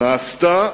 נעשתה